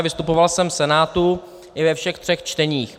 Vystupoval jsem v Senátu i ve všech třech čteních.